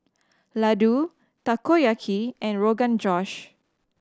Ladoo Takoyaki and Rogan Josh